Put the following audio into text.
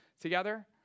together